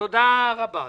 תודה רבה.